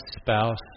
spouse